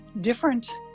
different